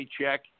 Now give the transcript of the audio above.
check